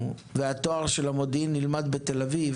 והתואר של המודיעין יילמד בתל אביב.